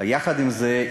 יחד עם זה,